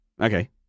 Okay